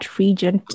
region